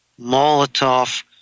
Molotov